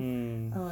mm